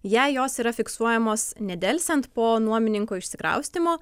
jei jos yra fiksuojamos nedelsiant po nuomininko išsikraustymo